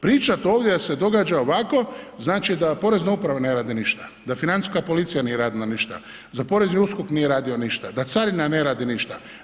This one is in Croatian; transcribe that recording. Pričati ovdje da se događa ovako, znači da porezna uprava ne radi ništa, da financija policija nije radila ništa, da porezni USKOK nije radio ništa, da carina ne radi ništa.